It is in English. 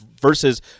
versus